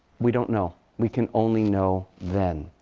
we don't know. we can only know then.